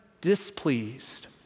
displeased